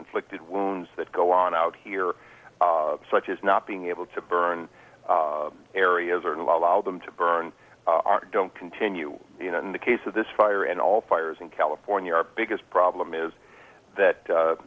inflicted wounds that go on out here such as not being able to burn areas are allowed them to burn are don't continue in the case of this fire and all fires in california our biggest problem is that